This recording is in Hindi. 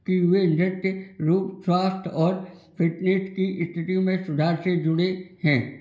की में नृत्य रूप स्वास्थ्य और फिटनेस की स्थिति में सुधार से जुड़े हैं